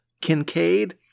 Kincaid